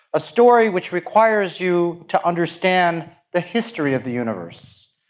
a story which requires you to understand the history of the universe.